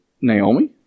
Naomi